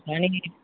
కాని